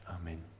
Amen